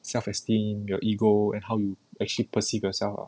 self esteem your ego and how you actually perceive yourself ah